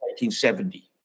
1970